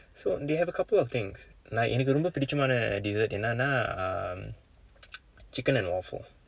so they have a couple of things நான் எனக்கு ரொம்ப பிடித்த:naan enakku rompa pidiththa dessert என்னென்ன:ennenna um chicken and waffle